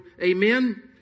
Amen